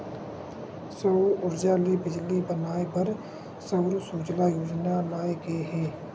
सउर उरजा ले बिजली बनाए बर सउर सूजला योजना लाए गे हे